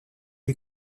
est